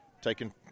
Taken